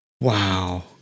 Wow